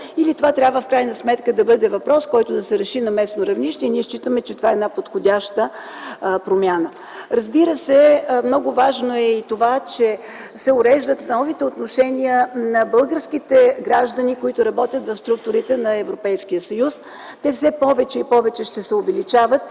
решава Министерският съвет или да бъде въпрос, който да се реши на местно равнище. Считаме, че това е подходяща промяна. Важно е и това, че се уреждат новите отношения на българските граждани, които работят в структурите на Европейския съюз. Те все повече и повече ще се увеличават.